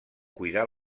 cuidar